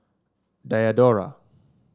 Diadora